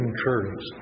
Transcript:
encouraged